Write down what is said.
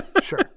Sure